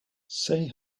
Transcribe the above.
say